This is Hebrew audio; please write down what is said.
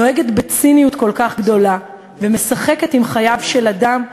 נוהגת בציניות כל כך גדולה ומשחקת בחייו של אדם,